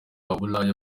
bulaya